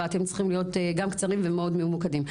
אבל אתם צריכים להיות קצרים ומאוד ממוקדים.